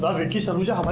vicky, so